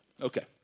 Okay